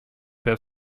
have